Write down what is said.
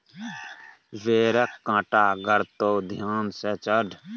बेरक कांटा गड़तो ध्यान सँ चढ़